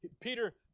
Peter